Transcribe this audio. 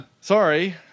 sorry